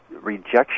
rejection